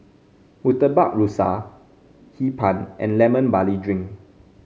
Murtabak Rusa Hee Pan and Lemon Barley Drink